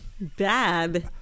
Bad